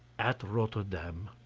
at rotterdam.